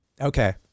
Okay